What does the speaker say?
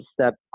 step